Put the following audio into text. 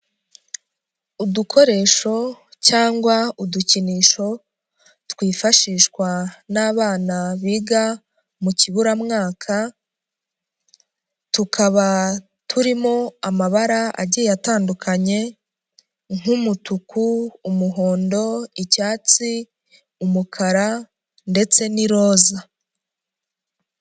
Udukoresho cyangwa udukinisho twifashishwa n'abana biga mu kiburamwaka, tukaba turimo amabara agiye atandukanye nk'umutuku, umuhondo icyatsi umukara ndetse n'iroza.